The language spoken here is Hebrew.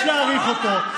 יש להאריך אותו.